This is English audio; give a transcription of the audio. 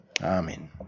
Amen